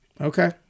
Okay